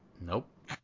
Nope